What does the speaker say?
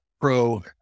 pro